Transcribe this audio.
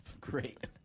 Great